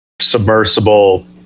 submersible